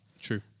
True